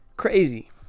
crazy